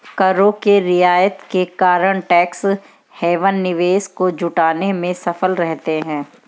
करों के रियायत के कारण टैक्स हैवन निवेश को जुटाने में सफल रहते हैं